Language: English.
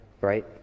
right